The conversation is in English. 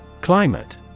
Climate